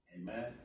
Amen